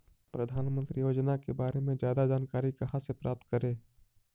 प्रधानमंत्री योजना के बारे में जादा जानकारी कहा से प्राप्त करे?